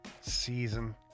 season